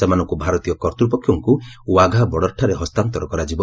ସେମାନଙ୍କୁ ଭାରତୀୟ କର୍ତ୍ତୃପକ୍ଷଙ୍କୁ ଓ୍ୱାଘା ବର୍ଡ଼ରଠାରେ ହସ୍ତାନ୍ତର କରାଯିବ